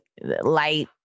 light